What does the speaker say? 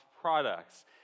products